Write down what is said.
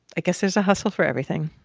i guess there's a hustle for everything.